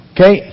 Okay